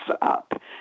up